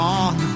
on